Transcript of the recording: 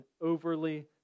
overly